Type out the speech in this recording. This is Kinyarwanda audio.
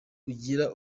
ugira